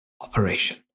Operation